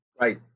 Right